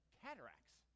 cataracts